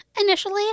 Initially